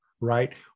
right